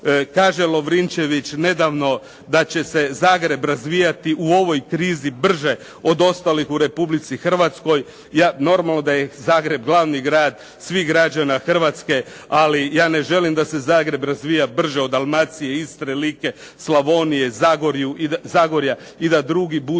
Kaže Lovrinčević nedavno da će se Zagreb razvijati u ovoj krizi brže od ostalih u RH. Normalno da je Zagreb glavni grad svih građana Hrvatske, ali ja ne želim da se Zagreb razvija brže od Dalmacije, Istre, Like, Slavonije, Zagorja i da drugi budu